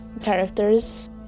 characters